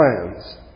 plans